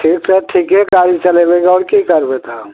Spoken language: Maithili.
ठीक से ठीके गाड़ी चलेबै गऽ आओर की करबै तब